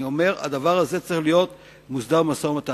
אני אומר שהדבר הזה צריך להיות מוסדר במשא-ומתן.